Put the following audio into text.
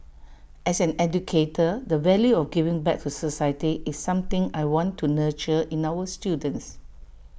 as an educator the value of giving back to society is something I want to nurture in our students